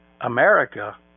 America